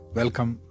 welcome